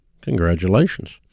Congratulations